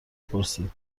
پرسی